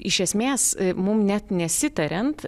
iš esmės mum net nesitariant